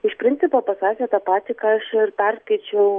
iš principo pasakė tą patį ką aš perskaičiau